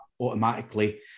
automatically